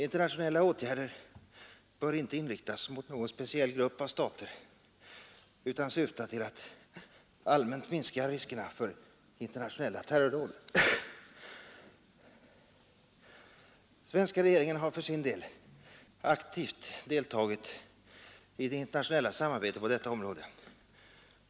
Internationella åtgärder bör ej riktas mot någon speciell grupp av stater utan syfta till att allmänt minska riskerna för internationella terrordåd. Svenska regeringen har för sin del aktivt deltagit i det internationella samarbetet på detta område.